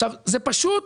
זה פשוט,